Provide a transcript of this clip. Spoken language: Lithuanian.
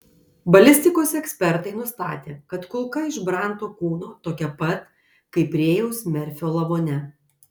balistikos ekspertai nustatė kad kulka iš branto kūno tokia pat kaip rėjaus merfio lavone